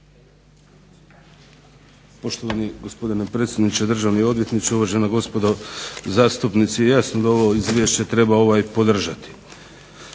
Poštovani gospodine predsjedniče, državni odvjetniče, uvažena gospodo zastupnici. Jasno da ovo izvješće treba podržati.